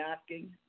asking